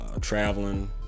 traveling